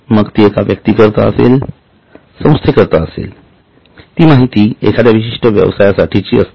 मग ती एका व्यक्ती करता असेल संस्थेकरिता असेल ती माहिती एखाद्या विशिष्ट व्यवसायासाठी असते